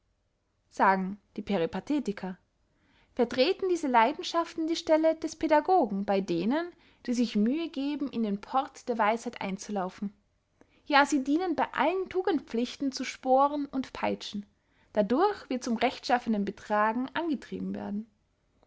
sagen die peripatetiker vertreten diese leidenschaften die stelle der pädadogen bey denen die sich mühe geben in den port der weisheit einzulaufen ja sie dienen bey allen tugendpflichten zu sporen und peitschen dadurch wir zum rechtschaffenen betragen angetrieben werden